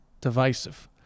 divisive